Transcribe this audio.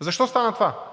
Защо стана това?